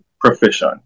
Profession